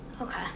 Okay